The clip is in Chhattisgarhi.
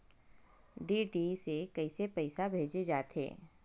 डी.डी से कइसे पईसा भेजे जाथे?